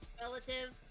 Relative